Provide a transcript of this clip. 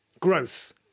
Growth